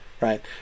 right